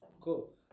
Cool